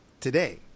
today